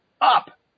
up